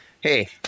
hey